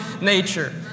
nature